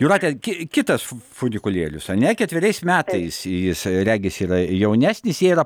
jūrate ki kitas f funikulierius ane ketveriais metais jis regis yra jaunesnis yra